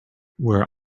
where